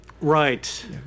Right